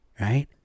right